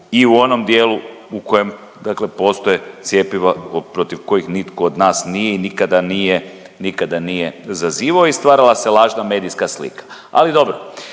i u onom dijelu u kojem, dakle postoje cjepiva protiv kojih nitko od nas nije i nikada nije zazivao i stvarala se lažna medijska slika. Ali dobro,